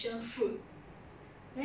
ya 等一下我给你看那个 photo